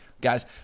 guys